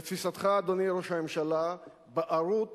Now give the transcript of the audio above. לתפיסתך, אדוני ראש הממשלה, בערות